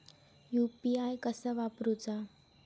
UPI कसा वापरूचा?